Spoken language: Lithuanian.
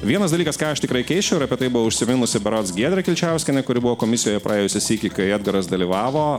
vienas dalykas ką aš tikrai keisčiau ir apie tai buvo užsiminusi berods giedrė kilčiauskienė kuri buvo komisijoje praėjusį sykį kai edgaras dalyvavo